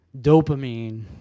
dopamine